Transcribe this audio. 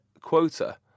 quota